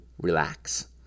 relax